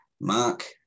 Mark